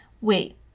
Wait